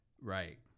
Right